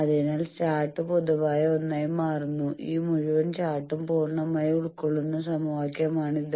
അതിനാൽ ചാർട്ട് പൊതുവായ ഒന്നായി മാറുന്നു ഈ മുഴുവൻ ചാർട്ടും പൂർണ്ണമായ ഉൾകൊള്ളുന്ന സമവാക്യമാണ് ഇത്